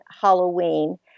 Halloween